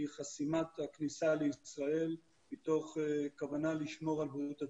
היא חסימת הכניסה לישראל מתוך כוונה לשמור על בריאות הציבור.